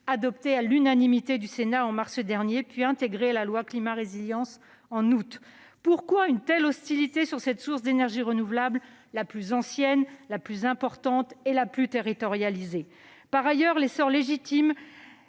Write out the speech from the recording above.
adoptée à l'unanimité du Sénat en mars dernier, puis intégrée à la loi Climat et résilience en août. Pourquoi une telle hostilité à l'égard de cette source d'énergie renouvelable, la plus ancienne, la plus importante et la plus territorialisée ? Par ailleurs, l'essor légitime